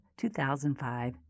2005